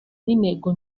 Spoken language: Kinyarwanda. n’intego